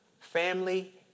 family